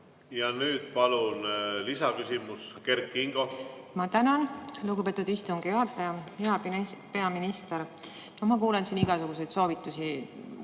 Ja nüüd palun lisaküsimus, Kert Kingo! Ma tänan, lugupeetud istungi juhataja! Hea peaminister! Ma kuulen siin igasuguseid soovitusi,